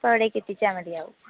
അപ്പോൾ അവിടേക്ക് എത്തിച്ചാൽ മതിയാവും